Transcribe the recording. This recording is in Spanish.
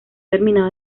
terminado